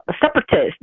separatists